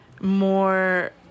more